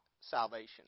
salvation